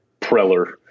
Preller